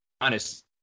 Honest